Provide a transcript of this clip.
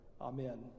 Amen